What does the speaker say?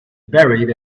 buried